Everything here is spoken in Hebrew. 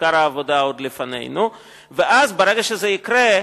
עיקר העבודה עוד לפנינו, וברגע שזה יקרה,